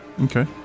Okay